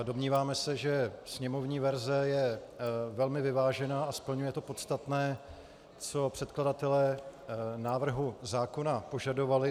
Domníváme se, že sněmovní verze je velmi vyvážená a splňuje to podstatné, co předkladatelé návrhu zákona požadovali.